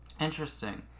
Interesting